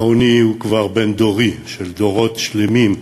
העוני הוא כבר בין-דורי, של דורות שלמים.